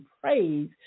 praise